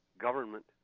government